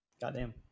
Goddamn